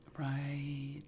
Right